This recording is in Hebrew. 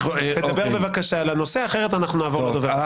תדבר בבקשה לנושא, אחרת אנחנו נעבור דובר.